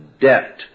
debt